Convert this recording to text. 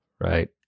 Right